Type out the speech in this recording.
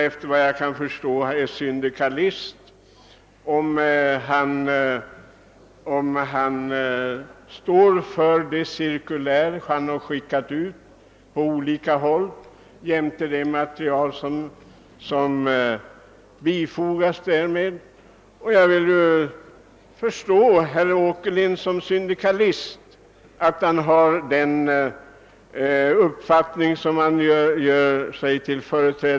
Efter vad jag kan förstå är han syndikalist om han står för det cirkulär som han har skickat ut och det material som har bifogats detsamma. Jag förstår att herr Åkerlind som syndikalist har den uppfattning som han gör sig till tolk för.